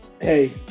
hey